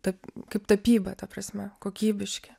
taip kaip tapyba ta prasme kokybiški